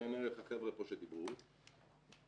עיין ערך החבר'ה שדיברו פה,